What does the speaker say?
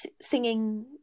singing